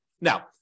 Now